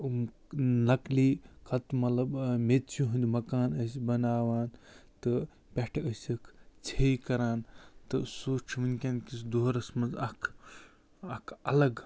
نکلی خط مطلب میٚژِ ہُنٛدۍ مکان ٲسۍ بناوان تہٕ پٮ۪ٹھٕ ٲسِکھ ژھیٚے کران تہٕ سُہ چھُ ؤنکیٚن کِس دورَس منٛز اَکھ اَکھ الگ